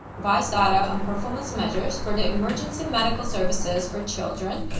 provides data on performance measures for the emergency medical services for children,